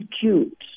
cute